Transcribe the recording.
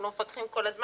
אם לא מפתחים כל הזמן,